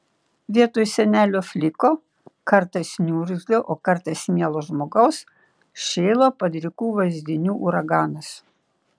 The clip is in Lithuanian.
vietoj senelio fliko kartais niurgzlio o kartais mielo žmogaus šėlo padrikų vaizdinių uraganas